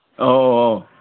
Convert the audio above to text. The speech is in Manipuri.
ꯑꯧ ꯑꯧ